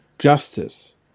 justice